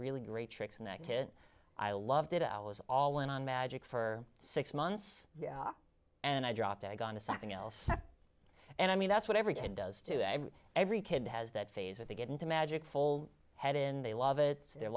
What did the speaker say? really great tricks and that kid i loved it i was all in on magic for six months and i dropped i gone to something else and i mean that's what every kid does to and every kid has that phase where they get into magic fold head in they love it their